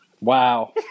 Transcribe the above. wow